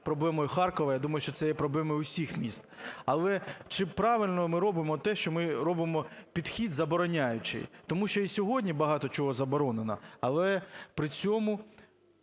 проблемою Харкова, я думаю, що це є проблемою усіх міст. Але чи правильно ми робимо те, що ми робимо підхід забороняючий. Тому що і сьогодні багато чого заборонено, але при цьому